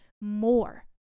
more